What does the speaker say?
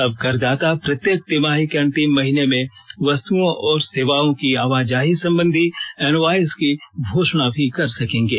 अब करदाता प्रत्येक तिमाही के अंतिम महीने में वस्तुओं और सेवाओं की आवाजाही संबंधी एनवायस की घोषणा भी कर सकेंगे